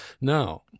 Now